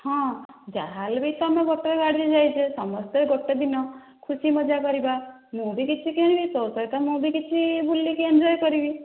ହଁ ଯାହା ହେଲେବି ତ ଗୋଟିଏ ଗାଡ଼ିରେ ଯାଇଛେ ସମସ୍ତେ ଗୋଟିଏ ଦିନ ଖୁସି ମଜା କରିବା ମୁଁ ବି କିଛି କିଣିବି ତୋ ସହିତ ମୁଁ ବି କିଛି ବୁଲିକି ଏଞ୍ଜୟ କରିବି